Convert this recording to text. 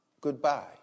goodbye